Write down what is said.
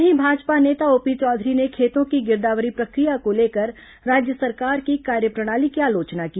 वहीं भाजपा नेता ओपी चौधरी ने खेतों की गिरदावरी प्रक्रिया को लेकर राज्य सरकार की कार्यप्रणाली की आलोचना की